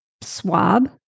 swab